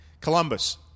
Columbus